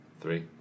Three